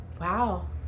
Wow